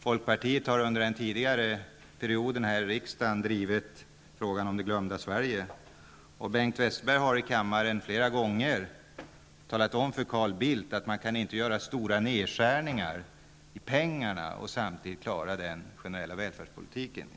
Folkpartiet har under den tidigare perioden här i riksdagen drivit frågan om det glömda Sverige, och Bengt Westerberg har i kammaren flera gånger talat om för Carl Bildt att man inte kan göra stora nedskärningar när det gäller pengarna och samtidigt klara den generella välfärdspolitiken.